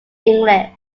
english